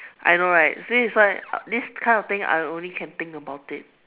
I know right this is why this kind of thing I only can think about it